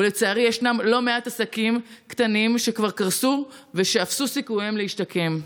ולצערי ישנם לא מעט עסקים קטנים שכבר קרסו ושאפסו סיכוייהם להשתקם.